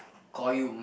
call you